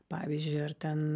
pavyzdžiui ar ten